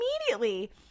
immediately